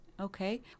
Okay